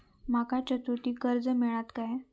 माका चतुर्थीक कर्ज मेळात काय?